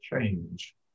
change